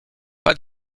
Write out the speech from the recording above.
pas